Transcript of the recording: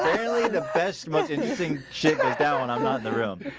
really the best most interesting shit goes down when i'm not in the room,